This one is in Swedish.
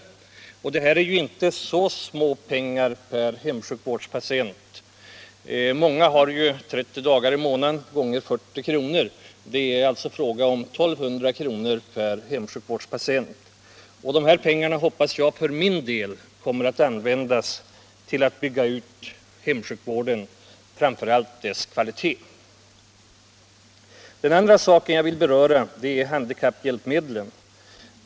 Det blir inte så litet pengar per hemsjukvårdspatient — många sjuka har hemsjukvård under 30 dagar per månad. Det blir 1 200 kr. per hemsjukvårdspatient och månad. Jag hoppas att dessa pengar kommer att användas till utbyggnad av hemsjukvården och framför allt till förstärkning av dess kvalitet. Den andra saken som jag vill beröra är handikapphjälpmedlen.